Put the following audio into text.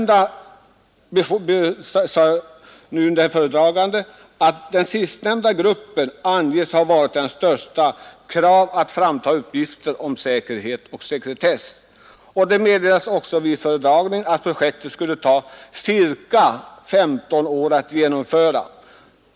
Den sistnämnda gruppen har haft som främsta uppgift att framta uppgifter om säkerhet och sekretess. Det meddelades också vid föredragningen att projektet skulle ta ca 15 år att genomföra.